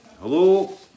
hello